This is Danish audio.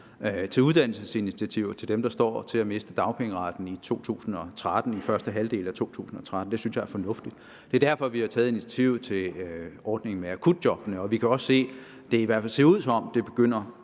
til uddannelsesinitiativer for dem, der står til at miste dagpengeretten i første halvdel af 2013. Det synes jeg er fornuftigt. Det er derfor, vi har taget initiativet til ordningen med akutjobbene, og vi kan også se, at det i hvert fald ser ud, som om det begynder